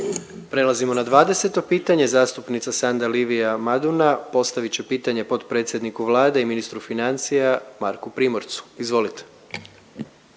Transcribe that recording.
Prelazimo na 20. pitanje, zastupnica Sanda Livia Maduna postavit će pitanje potpredsjedniku Vlade i ministru financija Marku Primorcu. **Maduna,